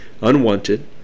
unwanted